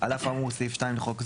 על אף האמור בסעיף 2 לחוק זה,